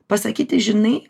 pasakyti žinai